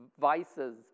vices